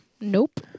nope